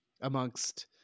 amongst